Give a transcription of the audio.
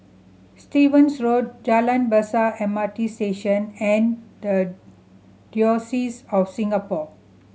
Stevens Road Jalan Besar M R T Station and The Diocese of Singapore